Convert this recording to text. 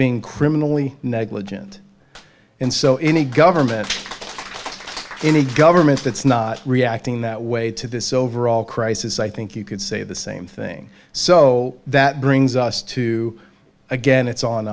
being criminally negligent and so any government any government that's not reacting that way to this overall crisis i think you could say the same thing so that brings us to again it's on